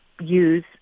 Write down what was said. use